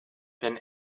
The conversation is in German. wenn